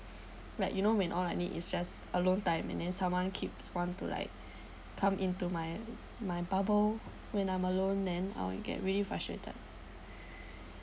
like you know when all I need is just alone time and then someone keeps want to like come into my my bubble when I'm alone then I'll get really frustrated